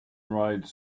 rides